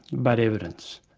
but evidence.